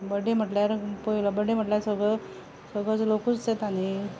birthday म्हणल्यार पयलो birthday म्हणल्यार सगळो सगळो लोकूच येता न्हय